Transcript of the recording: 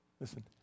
Listen